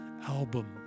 album